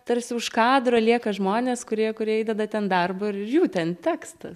tarsi už kadro lieka žmonės kurie kurie įdeda ten darbo ir jų ten tekstas